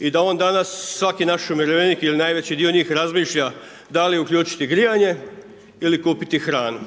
i da on danas, svaki naš umirovljenik ili najveći dio njih razmišlja da li uključiti grijanje ili kupiti hranu.